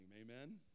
Amen